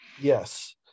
Yes